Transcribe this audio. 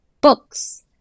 books